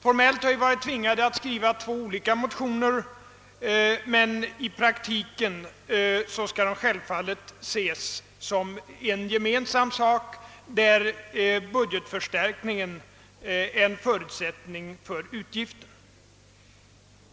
Formellt har vi varit tvingade att skriva på olika motioner, men i praktiken skall de självfallet betraktas som ett gemensamt förslag, där budgetförstärkningen är en förutsättning för utgiften.